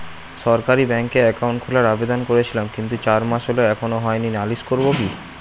সরকারি ব্যাংকে একাউন্ট খোলার আবেদন করেছিলাম কিন্তু চার মাস হল এখনো হয়নি নালিশ করব কি?